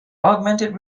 augmented